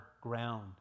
ground